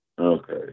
Okay